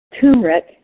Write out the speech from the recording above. turmeric